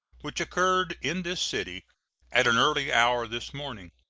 which occurred in this city at an early hour this morning.